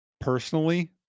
Personally